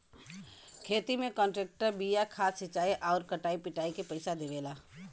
खेती में कांट्रेक्टर बिया खाद सिंचाई आउर कटाई पिटाई के पइसा देवला